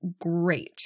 great